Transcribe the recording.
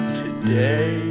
today